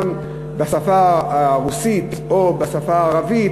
בשפה הרוסית או בשפה הערבית,